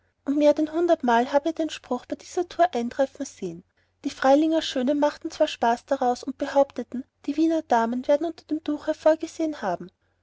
mehr denn hundertmal habe er den spruch bei dieser tour eintreffen sehen die freilinger schönen machten zwar spaß daraus und behaupteten die wiener damen werden unter dem tuch hervorgesehen haben